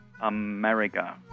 America